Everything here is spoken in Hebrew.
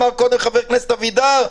אמר קודם חבר הכנסת אבידר,